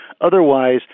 otherwise